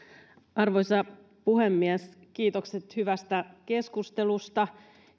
arvoisa puhemies kiitokset hyvästä keskustelusta